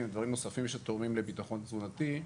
ודברים נוספים שתורמים לביטחון תזונתי.